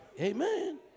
Amen